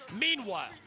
Meanwhile